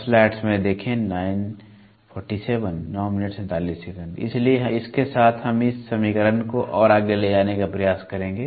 इसलिए इसके साथ हम इस समीकरण को और आगे ले जाने का प्रयास करेंगे